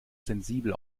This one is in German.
sensibel